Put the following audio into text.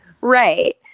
right